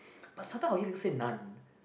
but some type of people say non